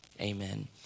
Amen